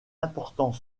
important